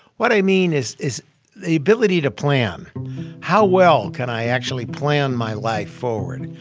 what i mean is is the ability to plan how well can i actually plan my life forward,